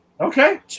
Okay